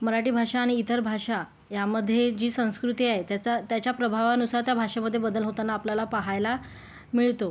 मराठी भाषा आणि इतर भाषा यामध्ये जी संस्कृती आहे त्याचा त्याच्या प्रभावानुसार त्या भाषेमध्ये बदल होताना आपल्याला पहायला मिळतो